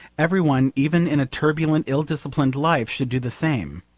every one, even in a turbulent, ill disciplined life, should do the same.